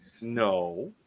No